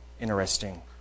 interesting